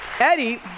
Eddie